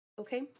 Okay